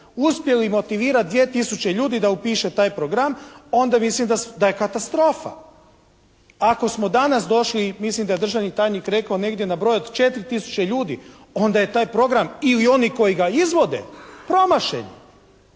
uspjeli motivirat 2 tisuće ljudi da upiše taj program onda mislim da je katastrofa. Ako smo danas došli, mislim da je državni tajnik rekao negdje nabrojao 4 tisuće ljudi, onda je taj program ili oni koji ga izvode promašen.